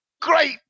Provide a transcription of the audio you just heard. Great